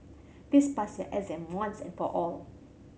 please pass your exam once and for all